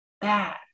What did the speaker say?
bad